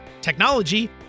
technology